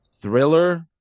thriller